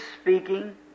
speaking